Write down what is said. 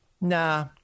nah